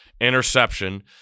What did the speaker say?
interception